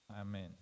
Amen